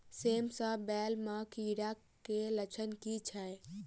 सेम कऽ बेल म कीड़ा केँ लक्षण की छै?